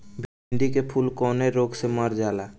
भिन्डी के फूल कौने रोग से मर जाला?